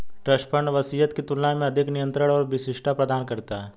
trust fund वसीयत की तुलना में अधिक नियंत्रण और विशिष्टता प्रदान करते हैं